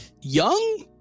Young